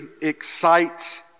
excites